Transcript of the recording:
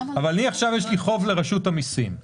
יש לי חוב לרשות המיסים.